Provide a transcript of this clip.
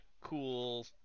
cool